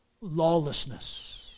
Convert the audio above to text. lawlessness